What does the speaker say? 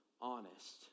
honest